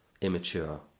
immature